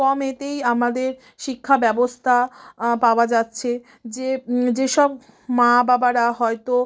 কমেতেই আমাদের শিক্ষা ব্যবস্থা পাওয়া যাচ্ছে যে যেসব মা বাবারা হয়তো